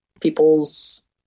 people's